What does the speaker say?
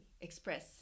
express